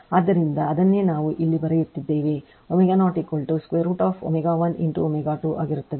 ಆದ್ದರಿಂದ ಅದನ್ನೇ ನಾವು ಇಲ್ಲಿ ಬರೆಯುತ್ತಿದ್ದೇವೆ ω0 √ ω 1ಇಂಟು ω2 ಆಗಿರುತ್ತದೆ